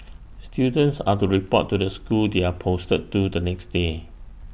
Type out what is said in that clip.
students are to report to the school they are posted to the next day